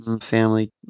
Family